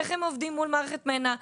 איך הם עובדים מול מערכת מנ"ע,